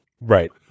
Right